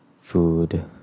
food